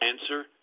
Answer